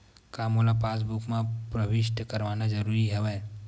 का मोला पासबुक म प्रविष्ट करवाना ज़रूरी हवय?